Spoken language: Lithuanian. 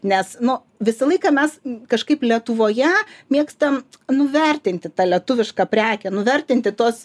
nes nu visą laiką mes kažkaip lietuvoje mėgstam nuvertinti tą lietuvišką prekę nuvertinti tuos